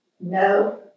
No